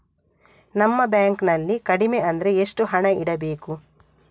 ನಮ್ಮ ಬ್ಯಾಂಕ್ ನಲ್ಲಿ ಕಡಿಮೆ ಅಂದ್ರೆ ಎಷ್ಟು ಹಣ ಇಡಬೇಕು?